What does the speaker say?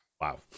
Wow